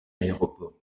aéroport